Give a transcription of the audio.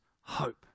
hope